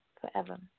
forever